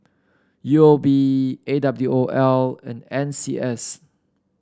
U O B A W O L and N C S